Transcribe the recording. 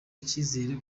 icyizere